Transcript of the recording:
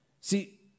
See